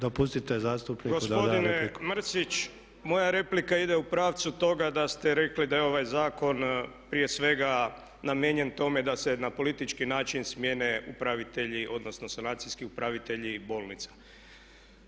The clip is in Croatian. Gospodine Mrsić, moja replika ide u pravcu toga da ste rekli da je ovaj zakon prije svega namijenjen tome da se na politički način smijene upravitelji, odnosno sanacijski upravitelji bolnica.